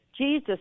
Jesus